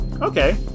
Okay